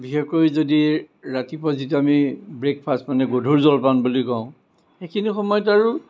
বিশেষকৈ যদি ৰাতিপুৱা যিটো আমি ব্ৰেকফাৰ্ষ্ট মানে গধুৰ জলপান বুলি কওঁ সেইখিনি সময়ত আৰু